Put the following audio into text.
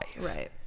Right